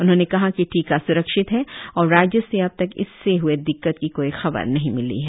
उन्होंने कहा कि टीका स्रक्षित है और राज्य से अब तक इससे हुए दिक्कत की कोई खबर नहीं मिली है